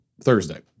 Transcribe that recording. Thursday